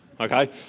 Okay